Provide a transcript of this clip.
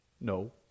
No